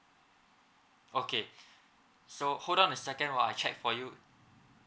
okay so hold on a second while I check for you